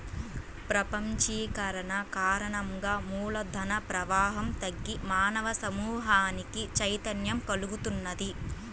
ప్రపంచీకరణ కారణంగా మూల ధన ప్రవాహం తగ్గి మానవ సమూహానికి చైతన్యం కల్గుతున్నది